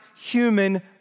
human